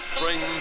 Spring